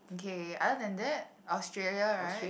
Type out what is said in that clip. okay other than that Australia right